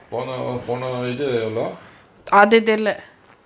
போன:pona oh போன இது எவளோ:ponaa ithu evalo